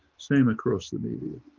same across the media,